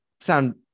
sound